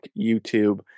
YouTube